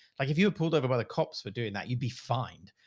like if you were pulled over by the cops for doing that, you'd be fined.